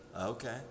Okay